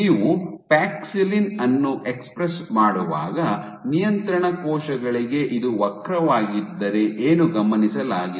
ನೀವು ಪ್ಯಾಕ್ಸಿಲಿನ್ ಅನ್ನು ಎಕ್ಸ್ಪ್ರೆಸ್ ಮಾಡುವಾಗ ನಿಯಂತ್ರಣ ಕೋಶಗಳಿಗೆ ಇದು ವಕ್ರವಾಗಿದ್ದರೆ ಏನು ಗಮನಿಸಲಾಗಿದೆ